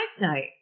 night